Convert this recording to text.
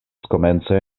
komence